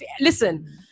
Listen